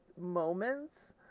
moments